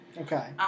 Okay